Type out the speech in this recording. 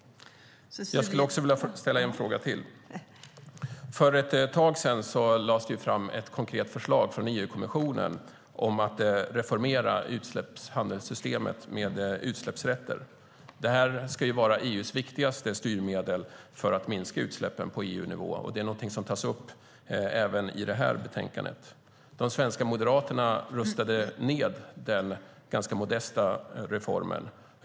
För ett tag sedan lade EU-kommissionen fram ett konkret förslag om att reformera handelssystemet med utsläppsrätter. Det ska ju vara EU:s viktigaste styrmedel för att minska utsläppen på EU-nivå och tas också upp i det nu aktuella betänkandet. De svenska moderaterna röstade ned den ganska modesta reformen.